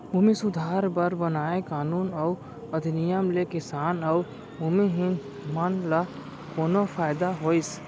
भूमि सुधार बर बनाए कानून अउ अधिनियम ले किसान अउ भूमिहीन मन ल कोनो फायदा होइस?